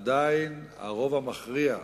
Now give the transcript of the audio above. עדיין הרוב המכריע,